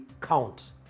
count